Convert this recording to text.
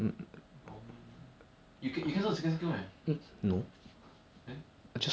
ya but the things is john rotation is next level